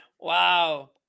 Wow